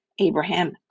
Abraham